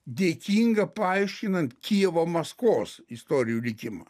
dėkinga paaiškinant kijevo maskvos istorijų likimą